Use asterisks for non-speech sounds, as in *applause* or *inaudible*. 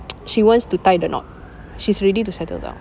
*noise* she wants to tie the knot she's ready to settle down